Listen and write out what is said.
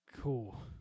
Cool